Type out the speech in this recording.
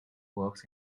works